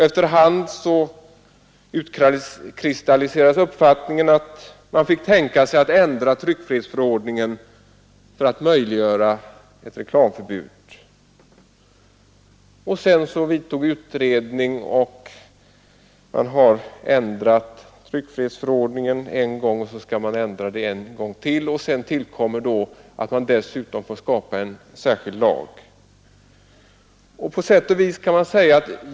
Efter hand utkristalliserades den uppfattningen att man fick tänka sig att ändra tryckfrihetsförordningen för att möjliggöra ett reklamförbud. Sedan vidtog utredning, och vi har som vilande antagit ett förslag om att ändra tryckfrihetsförordningen och vi skall ta det slutgiltiga beslutet efter valet. Dessutom skall en särskild lag skapas.